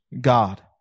God